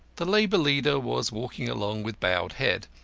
the labour leader was walking along with bowed head.